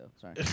Sorry